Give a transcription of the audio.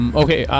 okay